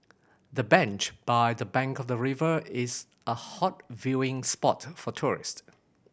the bench by the bank of the river is a hot viewing spot for tourist